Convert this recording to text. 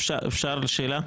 אפשר שאלה?